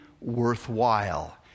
worthwhile